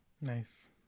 Nice